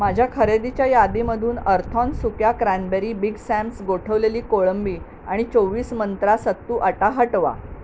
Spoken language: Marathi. माझ्या खरेदीच्या यादीमधून अर्थॉन सुक्या क्रॅन्बेरी बिग सॅम्स गोठवलेली कोळंबी आणि चोवीस मंत्रा सत्तू आटा हटवा